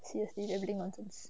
seriously everything nonsense